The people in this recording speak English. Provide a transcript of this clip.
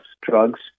drugs